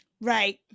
Right